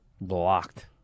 Blocked